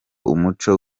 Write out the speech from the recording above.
umuco